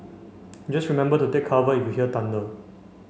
just remember to take cover if you hear thunder